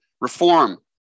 reform